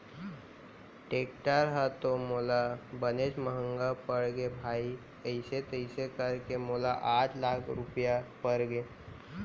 tractor ह तो मोला बनेच महँगा परगे भाई अइसे तइसे करके मोला आठ लाख रूपया परगे